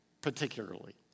particularly